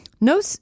No